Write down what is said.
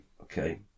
Okay